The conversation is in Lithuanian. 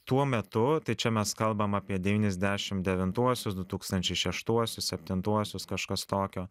tuo metu tai čia mes kalbam apie devyniasdešim devintuosius du tūkstančiai šeštuosius septintuosius kažkas tokio